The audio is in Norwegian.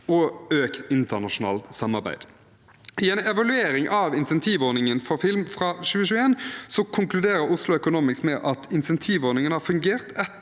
og økt internasjonalt samarbeid. I en evaluering av insentivordningen for film fra 2021 konkluderer Oslo Economics med at insentivordningen har fungert etter